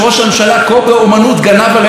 גנב עליהם את הקרדיט פה על הדוכן,